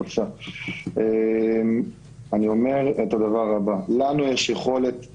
לנו יש יכולת "לשחק"